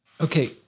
okay